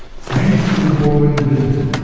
thanks to the boring billion,